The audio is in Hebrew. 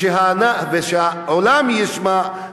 ושהעולם ישמע,